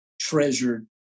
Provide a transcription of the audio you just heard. treasured